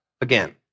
again